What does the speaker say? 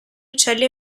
uccelli